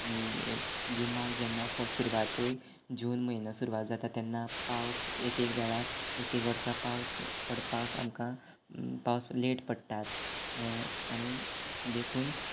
गिमाक जेन्ना फर्स्ट सुरवातेक जून म्हयनो सुरवात जाता तेन्ना पावस एक एक वेळार एक एक वर्सा पावस पडपाक आमकां पावस लेट पडटात आनी देखून